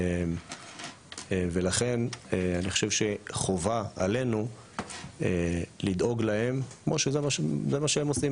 ולכן חובה עלינו לדאוג להם כמו שהם עושים.